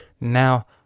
Now